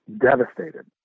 devastated